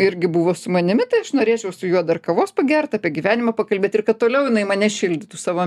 irgi buvo su manimi tai aš norėčiau su juo dar kavos pagert apie gyvenimą pakalbėt ir kad toliau jinai mane šildytų savo